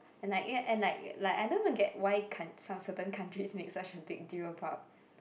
and like and like like I don't even get why can't some certain countries make such a big deal about